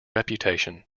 reputation